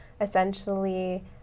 essentially